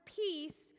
peace